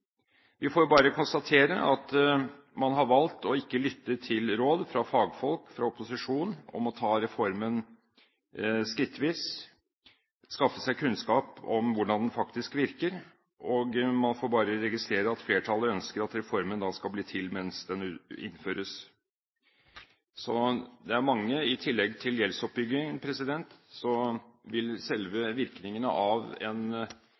Vi får bare konstatere at man har valgt ikke å lytte til råd fra fagfolk og fra opposisjonen om å ta reformen skrittvis og skaffe seg kunnskap om hvordan den faktisk virker. Og man får bare registrere at flertallet ønsker at reformen da skal bli til mens den innføres. I tillegg til gjeldsoppbygging vil selve virkningene av en